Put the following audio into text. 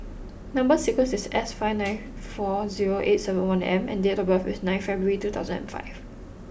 number sequence is S nine five four zero eight seven M and date of birth is nine February two thousand and five